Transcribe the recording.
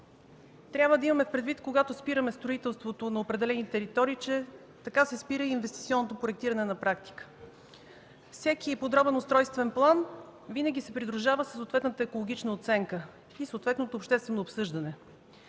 Трябва да имаме предвид, когато спираме строителството на определени територии, че така се спира и инвестиционното проектиране на практика. Всеки подробен устройствен план винаги се придружава със съответната екологична оценка и съответното обществено обсъждане.